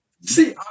See